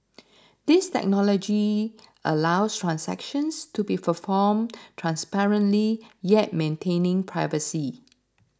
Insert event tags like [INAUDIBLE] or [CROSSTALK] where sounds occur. this technology allows transactions to be performed transparently yet maintaining privacy [NOISE]